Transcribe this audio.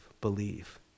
believe